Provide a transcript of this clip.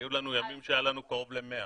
היו ימים שהיו לנו קרוב ל-100.